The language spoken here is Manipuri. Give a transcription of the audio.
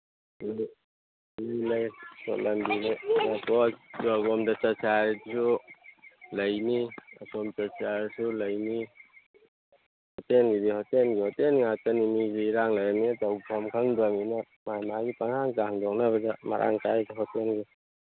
ꯂꯣꯝꯗ ꯆꯠꯁꯦ ꯍꯥꯏꯔꯁꯨ ꯂꯩꯅꯤ ꯑꯁꯣꯝ ꯆꯠꯁꯦ ꯍꯥꯏꯔꯁꯨ ꯂꯩꯅꯤ ꯍꯣꯇꯦꯜꯒꯤꯗꯤ ꯍꯣꯇꯦꯜꯒꯤ ꯍꯣꯇꯦꯜꯒꯤ ꯉꯥꯛꯇꯅꯤ ꯃꯤꯁꯨ ꯏꯔꯥꯡ ꯂꯩꯔꯝꯅꯤꯅ ꯇꯧꯐꯝ ꯈꯪꯗ꯭ꯔꯝꯅꯤꯅ ꯃꯥꯒꯤ ꯃꯥꯒꯤ ꯄꯍꯥꯡꯗ ꯍꯥꯡꯗꯣꯛꯅꯕꯗ ꯃꯔꯥꯡ ꯀꯥꯏ ꯍꯣꯇꯦꯜꯗꯤ